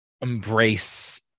embrace